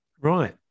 right